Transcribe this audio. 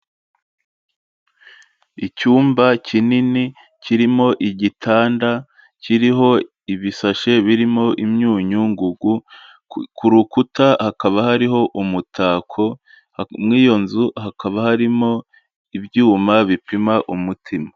Icyumba kinini kirimo igitanda, kiriho ibishashe birimo imyunyungugu, ku rukuta hakaba hariho umutako mw'iyo nzu hakaba harimo ibyuma bipima umutima.